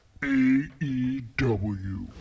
AEW